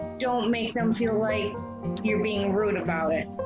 don't make them feel like you're being rude about it.